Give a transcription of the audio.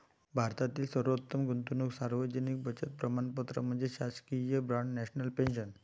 भारतातील सर्वोत्तम गुंतवणूक सार्वजनिक बचत प्रमाणपत्र म्हणजे शासकीय बाँड नॅशनल पेन्शन